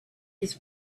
his